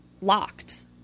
locked